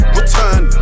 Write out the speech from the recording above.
return